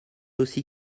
aussi